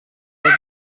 der